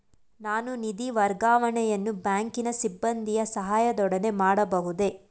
ನಾನು ನಿಧಿ ವರ್ಗಾವಣೆಯನ್ನು ಬ್ಯಾಂಕಿನ ಸಿಬ್ಬಂದಿಯ ಸಹಾಯದೊಡನೆ ಮಾಡಬಹುದೇ?